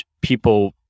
people